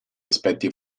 aspetti